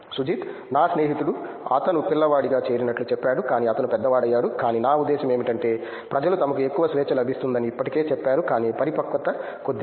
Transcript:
సుజిత్ నా స్నేహితుడు అతను పిల్లవాడిగా చేరినట్లు చెప్పాడు కానీ అతను పెద్దవాడయ్యాడు కానీ నా ఉద్దేశ్యం ఏమిటంటే ప్రజలు తమకు ఎక్కువ స్వేచ్ఛ లభిస్తుందని ఇప్పటికే చెప్పారు కాని పరిపక్వత కొద్దిగా